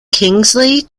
kingsley